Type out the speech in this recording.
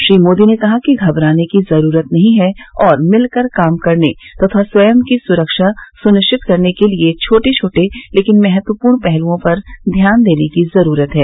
श्री मोदी ने कहा कि घबराने की जरूरत नहीं है और मिलकर काम करने तथा स्वयं की सुरक्षा सुनिश्चित करने के लिए छोट छोटे लेकिन महत्वपूर्ण पहलुओं पर ध्यान देने की जरूरत है